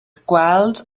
gweld